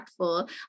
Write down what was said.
impactful